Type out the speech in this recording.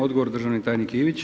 Odgovor državni tajnik Ivić.